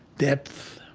depth,